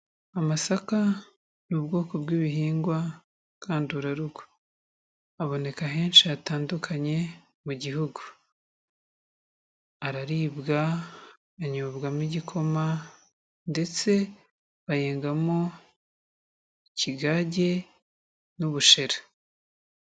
Amasaka ni ubwoko bw'ibihingwa ngandurarugo, aboneka henshi hatandukanye mu gihugu, araribwa, anyubwamo igikoma ndetse bayengamo ikigage n'ubushera.